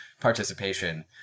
participation